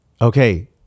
Okay